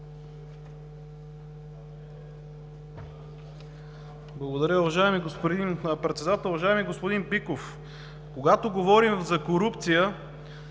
Благодаря. Уважаеми господин Председател! Уважаеми господин Биков, когато говорим за корупция,